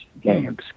games